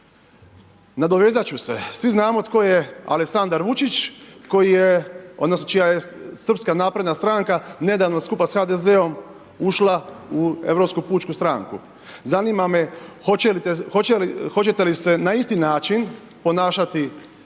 Nadovezat ću se, svi znamo tko je Aleksandar Vučić koji je, odnosno čija je srpska napredna stranka nedavno skupa s HDZ-om ušla u Europsku pučku stranku. Zanima me hoćete li se na isti način ponašati